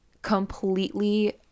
Completely